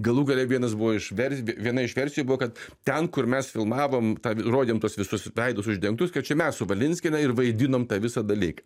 galų gale vienas buvo išvers viena iš versijų buvo kad ten kur mes filmavom tą rodėm tuos visus veidus uždengtus kad čia mes su valinskiene ir vaidinom tą visą dalyką